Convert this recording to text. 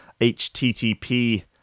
HTTP